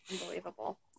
Unbelievable